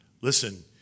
Listen